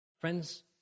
Friends